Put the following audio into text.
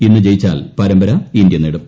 ഇന്ന് ജയിച്ചാൽ പരമ്പര ഇന്ത്യ നേടും